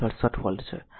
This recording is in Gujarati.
67 વોલ્ટ છે